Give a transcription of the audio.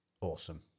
Awesome